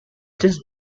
just